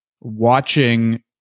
watching